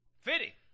Fitty